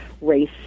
race